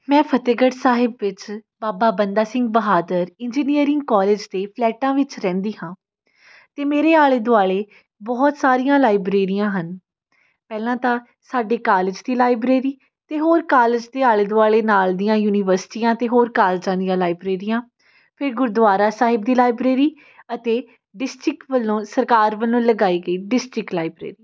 ਮੈਂ ਫਤਿਹਗੜ੍ਹ ਸਾਹਿਬ ਵਿੱਚ Baba Banda Singh Bahadur engineering college ਦੇ ਫਲੈਟਾਂ ਵਿੱਚ ਰਹਿੰਦੀ ਹਾਂ ਅਤੇ ਮੇਰੇ ਆਲ਼ੇ ਦੁਆਲ਼ੇ ਬਹੁਤ ਸਾਰੀਆਂ ਲਾਈਬ੍ਰੇਰੀਆਂ ਹਨ ਪਹਿਲਾਂ ਤਾਂ ਸਾਡੇ ਕਾਲਜ ਦੀ ਲਾਈਬ੍ਰੇਰੀ ਅਤੇ ਹੋਰ ਕਾਲਜ ਦੇ ਆਲ਼ੇ ਦੁਆਲ਼ੇ ਨਾਲ ਦੀਆਂ ਯੂਨੀਵਰਸਿਟੀਆਂ ਅਤੇ ਹੋਰ ਕਾਲਜਾਂ ਦੀਆਂ ਲਾਈਬ੍ਰੇਰੀਆਂ ਫਿਰ ਗੁਰਦੁਆਰਾ ਸਾਹਿਬ ਦੀ ਲਾਈਬ੍ਰੇਰੀ ਅਤੇ ਡਿਸਟ੍ਰਿਕ ਵੱਲੋਂ ਸਰਕਾਰ ਵੱਲੋਂ ਲਗਾਈ ਗਈ ਡਿਸਟ੍ਰਿਕ ਲਾਈਬ੍ਰੇਰੀ